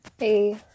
Hey